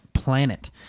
planet